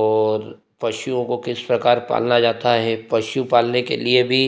और पशुओं को किस प्रकार पाला जाता है पशु पालने के लिए भी